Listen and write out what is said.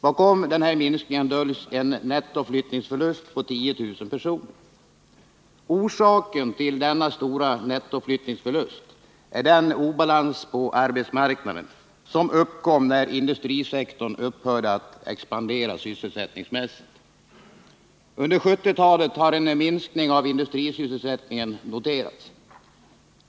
Bakom denna minskning döljs en nettoflyttningsförlust på 10 000 personer. Orsaken till denna stora nettoflyttningsförlust är den obalans på arbetsmarknaden som uppkom när industrisektorn upphörde att expandera sysselsättningsmässigt. Under 1970-talet har en minskning av industrisysselsättningen noterats.